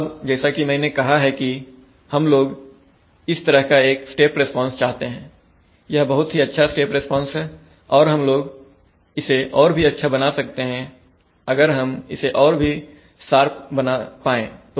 अब जैसा कि मैंने कहा है हम लोग इस तरह का एक स्टेप रिस्पांस चाहते हैं यह एक बहुत ही अच्छा स्टेप रिस्पांस है और हम लोग इसे और भी अच्छा बना सकते हैं अगर हम इसे और भी शार्प बना पाए तो